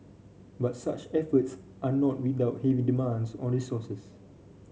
but such efforts are not without heavy demands on resources